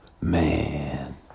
man